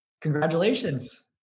Congratulations